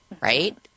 Right